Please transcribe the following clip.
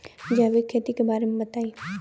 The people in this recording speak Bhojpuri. जैविक खेती के बारे में बताइ